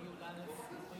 לא אדם?